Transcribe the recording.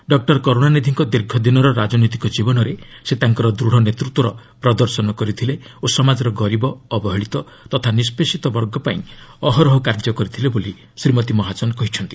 doctor କରୁଣାନିଧିଙ୍କ ଦୀର୍ଘ ଦିନର ରାଜନୈତିକ ଜୀବନରେ ସେ ତାଙ୍କର ଦୃଢ଼ ନେତୃତ୍ୱର ପ୍ରଦର୍ଶନ କରିଥିଲେ ଓ ସମାଜର ଗରିବ ଅବହେଳିତ ତଥା ନିଷ୍ପେଷିତ ବର୍ଗପାଇଁ ଅହରହ କାର୍ଯ୍ୟ କରିଥିଲେ ବୋଲି ଶ୍ରୀମତୀ ମହାଜନ କହିଛନ୍ତି